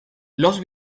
los